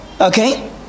Okay